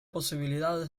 posibilidad